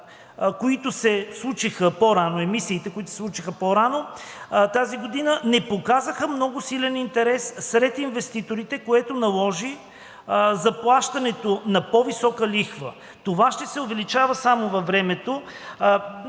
емисиите на вътрешния пазар, които се случиха по-рано тази година, не показаха много силен интерес сред инвеститорите, което наложи заплащането на по-висока лихва. Това ще се увеличава само във времето.